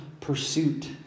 pursuit